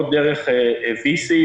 לא דרך VC,